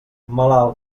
malalt